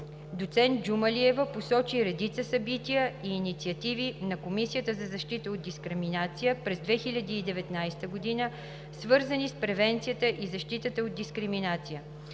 Доцент Джумалиева посочи редица събития и инициативи на Комисията за защита от дискриминация през 2019 г., свързани с превенцията и защитата от дискриминация.